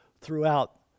throughout